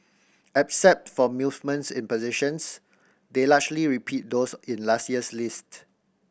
except for movements in positions they largely repeat those in last year's list